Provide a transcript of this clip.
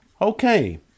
Okay